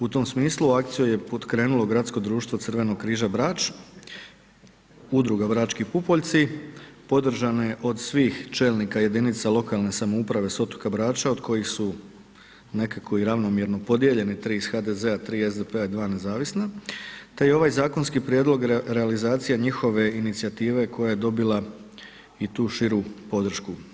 U tom smislu akciju je pokrenulo Gradsko društvo Crvenog križa Brač, udruga Brački pupoljci, podržana je od svih čelnika jedinica lokalne samouprave s otoka Brača od kojih su nekako i ravnomjerno podijeljene, tri iz HDZ-a, 3 SDP-a, 2 nezavisna te je ovaj zakonski prijedlog realizacija njihove inicijative koja je dobila i tu širu podršku.